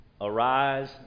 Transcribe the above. arise